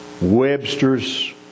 Webster's